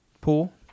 pool